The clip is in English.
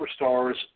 superstar's